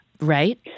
right